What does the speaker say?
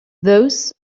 those